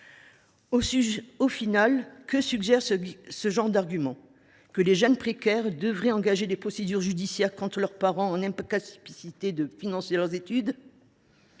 Finalement, que suggère ce genre d’arguments ? Que les jeunes précaires devraient engager des procédures judiciaires contre leurs parents en incapacité de financer leurs études ?